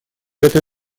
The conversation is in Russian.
этой